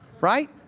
right